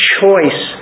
choice